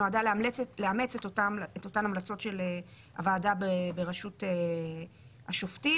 שנועדה לאמץ את אותן המלצות של הוועדה בראשות השופטים,